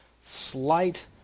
slight